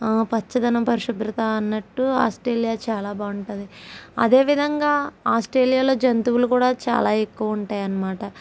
పచ్చదనం పరిశుభ్రత అన్నట్టు ఆస్ట్రేలియా చాలా బాగుంటుంది అదే విధంగా ఆస్ట్రేలియాలో జంతువులు కూడా చాలా ఎక్కువ ఉంటాయి అన్నమాట